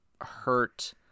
hurt